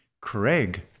craig